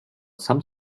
some